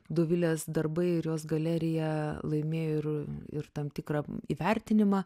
dovilės darbai ir jos galerija laimėjo ir ir tam tikrą įvertinimą